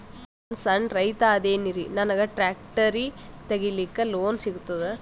ನಾನ್ ಸಣ್ ರೈತ ಅದೇನೀರಿ ನನಗ ಟ್ಟ್ರ್ಯಾಕ್ಟರಿ ತಗಲಿಕ ಲೋನ್ ಸಿಗತದ?